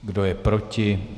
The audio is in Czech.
Kdo je proti?